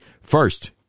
first